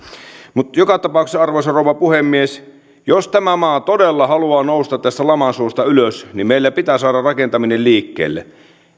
mutta joka tapauksessa arvoisa rouva puhemies jos tämä maa todella haluaa nousta tästä laman suosta ylös niin meillä pitää saada rakentaminen liikkeelle